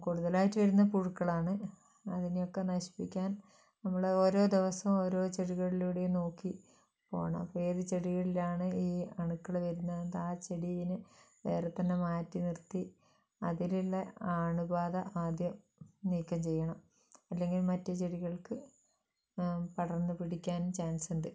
കൂടുതലായിട്ട് വരുന്നത് പുഴുക്കളാണ് അതിനെയൊക്കെ നശിപ്പിക്കാൻ നമ്മൾ ഓരോ ദിവസം ഓരോ ചെടികളിലൂടെ നോക്കി പോകണം അപ്പോൾ ഏത് ചെടികളിലാണ് ഈ അണുക്കള് വരുന്നത് ആ ചെടീനെ വേറെത്തന്നെ മാറ്റിനിർത്തി അതിലുള്ള ആ അണുബാധ ആദ്യം നീക്കം ചെയ്യണം അല്ലെങ്കിൽ മറ്റ് ചെടികൾക്ക് പടർന്നു പിടിക്കാനും ചാൻസുണ്ട്